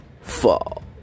Fall